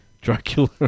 Dracula